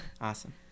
awesome